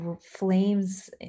flames